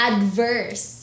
Adverse